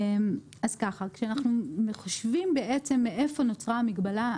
כשאנחנו מחשבים איפה נוצרה המגבלה,